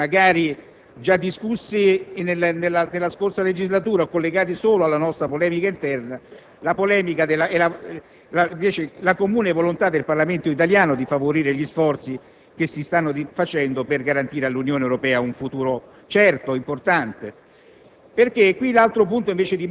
divisioni su punti contingenti, magari già discussi nella scorsa legislatura e collegati solo alla nostra polemica interna, dobbiamo offrire all'Europa la comune volontà del Parlamento italiano di favorire gli sforzi che si stanno facendo per garantire all'Unione Europea un futuro certo e importante.